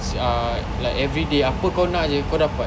ah like everyday apa kau nak jer kau dapat